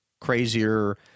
crazier